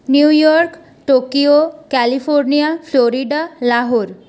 New York Tokyo California Florida Lahore